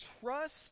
trust